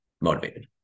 motivated